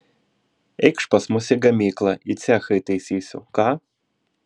eikš pas mus į gamyklą į cechą įtaisysiu ką